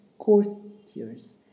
courtiers